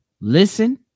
Listen